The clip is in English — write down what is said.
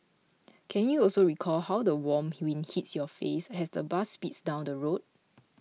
can you also recall how the warm wind hits your face as the bus speeds down the road